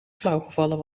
flauwgevallen